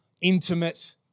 intimate